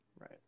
right